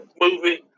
movie